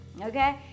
Okay